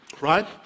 right